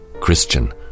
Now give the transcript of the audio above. Christian